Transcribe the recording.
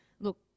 look